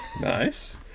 nice